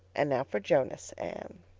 and now for jonas, anne.